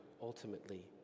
ultimately